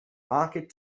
market